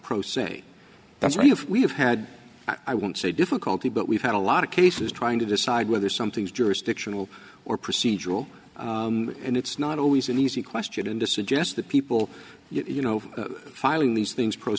pro se that's really if we have had i won't say difficulty but we've had a lot of cases trying to decide whether something is jurisdictional or procedural and it's not always an easy question to suggest that people you know filing these things pro